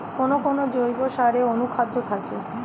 কোন কোন জৈব সারে অনুখাদ্য থাকে?